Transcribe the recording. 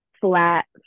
flat